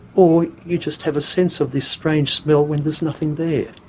or you just have a sense of this strange smell when there's nothing there.